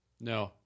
no